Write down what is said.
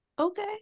Okay